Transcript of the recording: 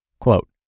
Quote